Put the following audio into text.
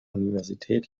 universität